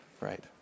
Right